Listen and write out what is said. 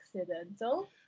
accidental